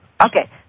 Okay